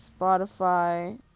Spotify